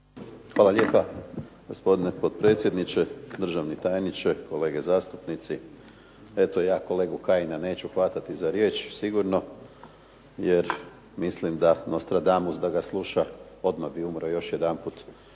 Hvala lijepa gospodine potpredsjedniče, državni tajniče, kolege zastupnici. Eto ja kolegu Kajina neću hvatati za riječ sigurno, jer mislim da Nostradamus da ga sluša odmah bi umro još jedanput,